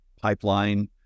pipeline